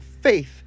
faith